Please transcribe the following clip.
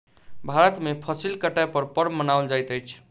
भारत में फसिल कटै पर पर्व मनाओल जाइत अछि